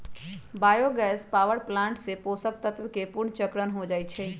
bio gas power plant से पोषक तत्वके पुनर्चक्रण हो जाइ छइ